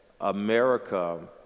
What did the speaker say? America